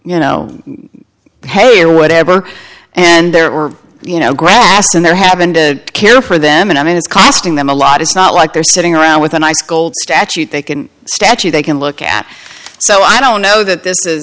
you know pay whatever and there were you know grass and there happened to care for them and i mean it's kind of sting them a lot it's not like they're sitting around with a nice gold statue they can statue they can look at so i don't know that this is